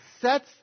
sets